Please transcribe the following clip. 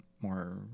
more